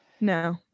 No